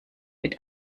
mit